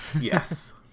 yes